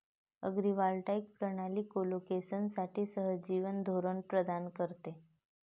agrivoltaic प्रणाली कोलोकेशनसाठी सहजीवन धोरण प्रदान करते